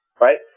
Right